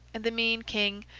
and the mean king,